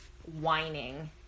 whining